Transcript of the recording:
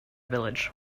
village